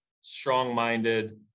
strong-minded